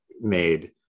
made